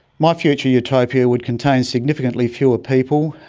my future utopia would contain significantly fewer people,